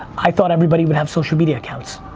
i thought everybody would have social media accounts.